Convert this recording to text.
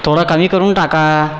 थोडं कमी करून टाका